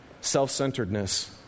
self-centeredness